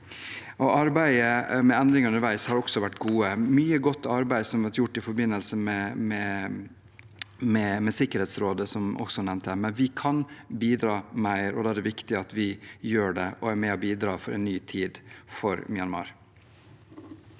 Arbeidet med endringer underveis har også vært gode. Det er gjort mye godt arbeid i forbindelse med Sikkerhetsrådet, som også er nevnt. Men vi kan bidra mer, og da er det viktig at vi gjør det og er med og bidrar for en ny tid for Myanmar.